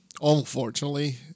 unfortunately